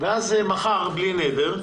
מחר בלי נדר,